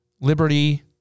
liberty